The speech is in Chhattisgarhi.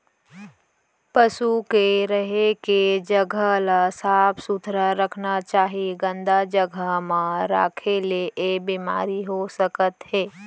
पसु के रहें के जघा ल साफ सुथरा रखना चाही, गंदा जघा म राखे ले ऐ बेमारी हो सकत हे